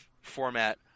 format